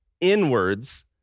inwards